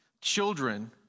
children